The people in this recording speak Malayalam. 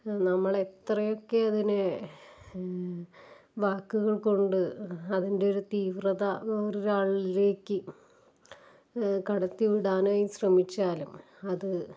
നമ്മളെത്രയൊക്കെ അതിനെ വാക്കുകൾ കൊണ്ട് അതിൻറ്റൊരു തീവ്രത ഒരാളിലേക്ക് കടത്തി വിടാനായി ശ്രമിച്ചാലും അത്